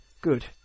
good